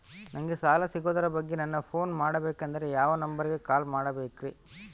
ನಂಗೆ ಸಾಲ ಸಿಗೋದರ ಬಗ್ಗೆ ನನ್ನ ಪೋನ್ ಮಾಡಬೇಕಂದರೆ ಯಾವ ನಂಬರಿಗೆ ಕಾಲ್ ಮಾಡಬೇಕ್ರಿ?